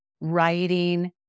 writing